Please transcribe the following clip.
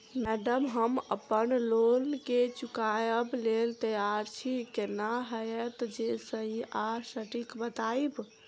Madam हम अप्पन loan केँ चुकाबऽ लैल तैयार छी केना हएत जे सही आ सटिक बताइब?